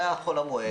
זה היה בחול המועד.